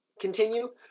continue